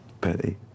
Betty